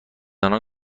آنان